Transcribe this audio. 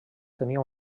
tenia